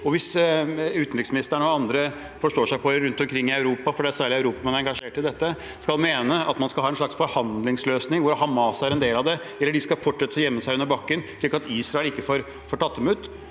hvis utenriksministeren og andre forstårsegpåere rundt omkring i Europa – det er særlig i Europa man er engasjert i dette – skal mene at man skal ha en slags forhandlingsløsning som Hamas er en del av, skal de da fortsette å gjemme seg under bakken slik at Israel ikke får tatt dem ut,